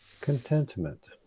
contentment